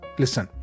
listen